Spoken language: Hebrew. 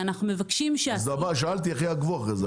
ואנחנו מבקשים --- שאלתי איך יעקבו אחרי זה?